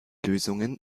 lösungen